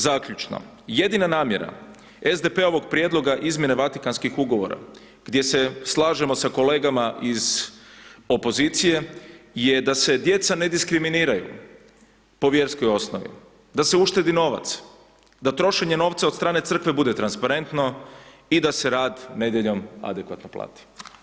Zaključno, jedina namjera SDP-ovog prijedloga izmjene Vatikanskih ugovora gdje se slažemo sa kolegama iz opozicije je da se djeca ne diskriminiraju po vjerskoj osnovi, da se uštedi novac, da trošenje novca od strane crkve bude transparentno i da se rad nedjeljom adekvatno plati.